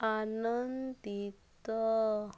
ଆନନ୍ଦିତ